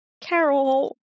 carol